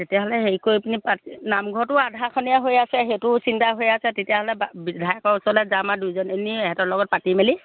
তেতিয়াহ'লে হেৰি কৰি পিনি পাতি নামঘৰটো আধাখনীয়া হৈ আছে সেইটোও চিন্তা হৈ আছে তেতিয়াহ'লে বিধায়কৰ ওচৰলৈ যাম আৰু দুজনী ইহঁতৰ লগত পাতি মেলি